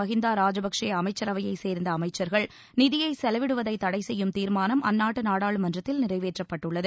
மஹிந்தா ராஜபக்சே அமைச்சரவையைச் சேர்ந்த அமைச்சர்கள் நிதியை செலவிடுவதை தடை செய்யும் தீர்மானம் அந்நாட்டு நாடாளுமன்றத்தில் நிறைவேற்றப்பட்டள்ளது